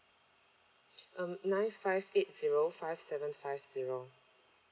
um nine five eight zero five seven five zero